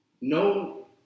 No